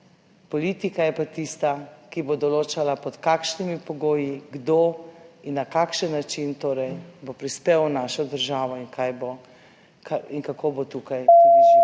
politika je pa tista, ki bo določala pod kakšnimi pogoji, kdo in na kakšen način torej bo prispel v našo državo in kako bo tukaj tudi živel.